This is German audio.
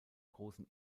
großen